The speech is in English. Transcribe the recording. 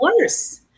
worse